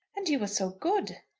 and you were so good.